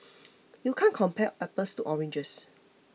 you can't compare apples to oranges